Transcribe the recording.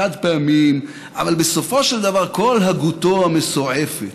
חד-פעמיים, אבל בסופו של דבר כל הגותו המסועפת,